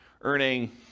earning